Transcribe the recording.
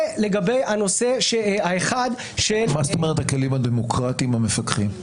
מה זאת אומרת "הכלים הדמוקרטיים שמפקחים"?